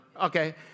Okay